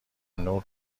نورش